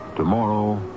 Tomorrow